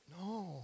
no